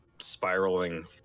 spiraling